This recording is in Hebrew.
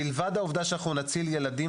מלבד העובדה שאנחנו נציל ילדים,